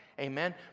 Amen